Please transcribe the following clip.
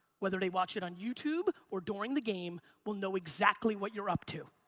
whether they watch it on youtube or during the game will know exactly what you're up to.